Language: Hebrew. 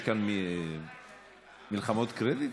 יש כאן מלחמות קרדיט?